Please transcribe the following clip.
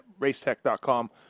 Racetech.com